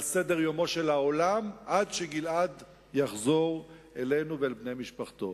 סדר-יומו של העולם עד שגלעד יחזור אלינו ואל בני משפחתו.